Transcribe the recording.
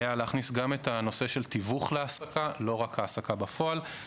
היו להכניס גם את נושא התיווך להעסקה ולא רק העסקה בפועל,